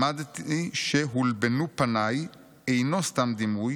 למדתי ש'הולבנו פניי' אינו סתם דימוי